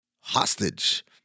hostage